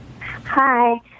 hi